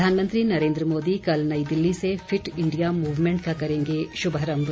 प्रधानमंत्री नरेन्द्र मोदी कल नई दिल्ली से फिट इंडिया मूवमेंट का करेंगे शुभारम्भ